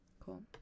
Cool